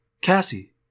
Cassie